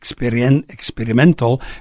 experimental